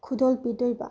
ꯈꯨꯗꯣꯜ ꯄꯤꯗꯣꯏꯕ